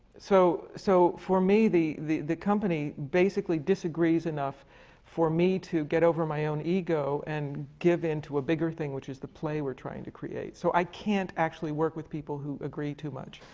so so for me, the the company basically disagrees enough for me to get over my own ego and give into a bigger thing, which is the play we're trying to create. so i can't actually work with people who agree too much.